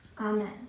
Amen